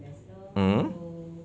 mm